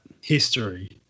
history